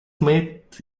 met